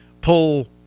pull